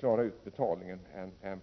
klara av betalningen.